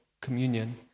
communion